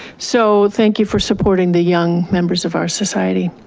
so thank you for supporting the young members of our society.